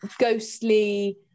ghostly